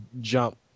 jump